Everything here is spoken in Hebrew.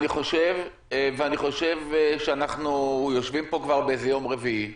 אני חושב שאנחנו יושבים פה כבר באיזה יום רביעי,